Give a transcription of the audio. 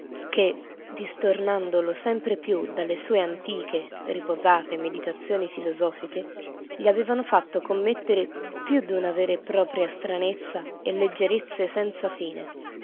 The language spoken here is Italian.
che distornandolo sempre più dalle sue antiche riposate meditazioni filosofiche gli avevan fatto commettere più d'una vera e propria stranezza e leggerezze senza fine